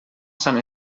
sant